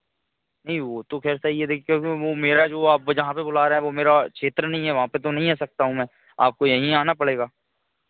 नहीं वह तो खैर सहीं है देख क्योंकि वह मेरा जो आप जहाँ पर बुला रहा है वह मेरा क्षेत्र नहीं है वहाँ पर तो नहीं आ सकता हूँ मैं आपको यहीं आना पड़ेगा